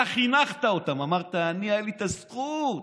אתה חינכת אותם, אמרת: הייתה לי הזכות,